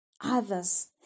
others